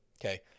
okay